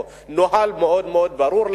או נוהל מאוד ברור.